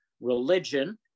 Religion